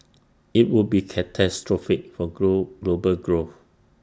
IT would be catastrophic for grow global growth